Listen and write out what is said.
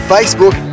Facebook